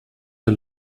der